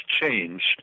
changed